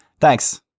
Thanks